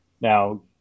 Now